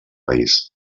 país